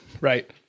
right